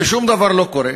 ושום דבר לא קורה.